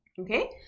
Okay